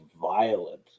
violent